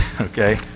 Okay